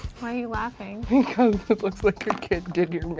why are you laughing? because it looks like a kid did your